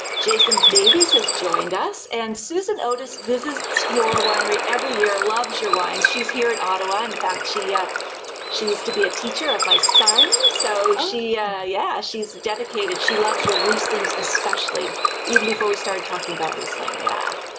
jason davies has joined us and susan otis visits your winery every year, loves your wines. she's here at ottawa. in fact, she yeah she used to be a teacher of my son. so yeah, she's dedicated. she loves your rieslings, especially even before we started talking about riesling yeah.